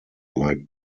like